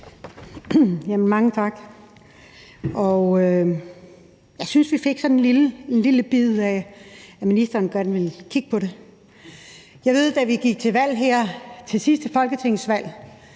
Mange tak. Jeg synes, vi fik en lille bid, i forhold til at ministeren gerne vil kigge på det. Jeg ved, at da vi gik til valg her ved sidste folketingsvalg,